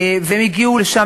והם הגיעו לשם,